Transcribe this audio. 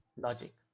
logic